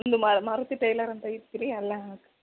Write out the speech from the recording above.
ಒಂದು ಮಾರುತಿ ಟೈಲರ್ ಅಂತ ಇತ್ತು ರೀ ಅಲ್ಲ ಹಾಕಿ